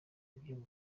ibyo